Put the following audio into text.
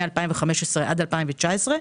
מ-2015 ועד 2019,